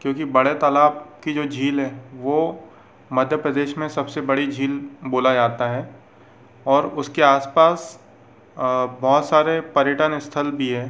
क्योंकि बड़े तालाब की जो झील है वह मध्य प्रदेश में सबसे बड़ी झील बोला जाता है और उसके आसपास बहुत सारे पर्यटन स्थल भी हैं